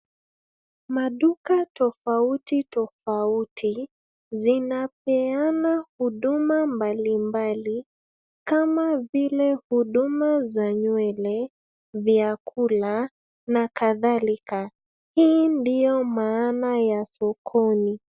Maduka tofauti tofauti zinapeana huduma mbalimbali kama vile huduma za nywele, vyakula na kadhalika. Hii ndio maana ya sokoni.